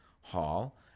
hall